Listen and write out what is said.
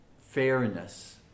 fairness